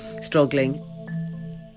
struggling